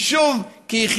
כי שוב: כי היא חיונית,